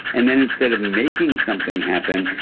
and then instead of making something happen,